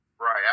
right